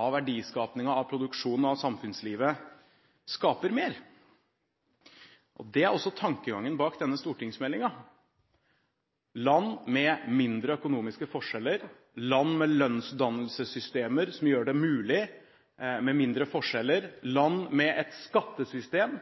av verdiskapingen, av produksjonen og av samfunnslivet, skaper mer. Det er også tankegangen bak denne stortingsmeldingen: Land med mindre økonomiske forskjeller, land med lønnsdannelsessystemer som gjør det mulig med mindre forskjeller, land med et skattesystem